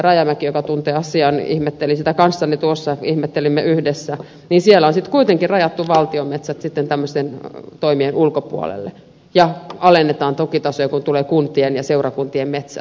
rajamäki joka tuntee asian ihmetteli sitä kanssani tuossa ihmettelimme yhdessä siellä on sitten kuitenkin rajattu valtion metsät tämmöisten toimien ulkopuolelle ja alennetaan tukitasoja kun kyseeseen tulevat kuntien ja seurakuntien metsät